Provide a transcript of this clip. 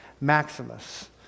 Maximus